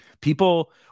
People